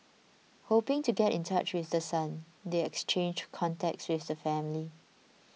hoping to get in touch with the son they exchanged contacts with the family